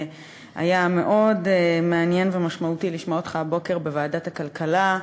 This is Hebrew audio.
היה מאוד מעניין ומשמעותי לשמוע אותך הבוקר בוועדת הכלכלה.